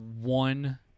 one